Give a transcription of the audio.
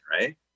right